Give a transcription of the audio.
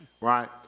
right